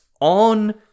on